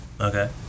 Okay